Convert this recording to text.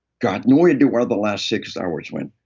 god, no idea where the last six hours went.